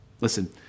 Listen